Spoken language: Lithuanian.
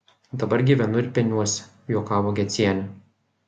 dabar gyvenu ir peniuosi juokavo gecienė